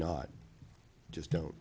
not just don't